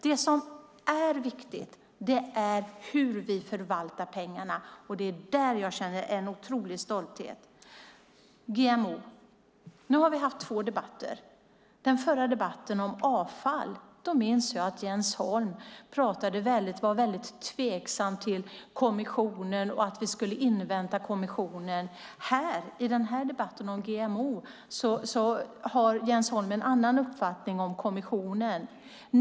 Det som är viktigt är hur vi förvaltar pengarna. Det är där jag känner en otrolig stolthet. GMO: Nu har vi haft två debatter. I den förra debatten om avfall minns jag att Jens Holm var tveksam till kommissionen och att vi skulle invänta kommissionen. I den här debatten om GMO har Jens Holm en annan uppfattning om kommissionen.